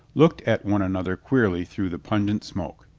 looked at one another queerly through the pungent smoke.